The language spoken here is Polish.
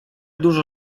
dużo